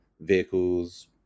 Vehicles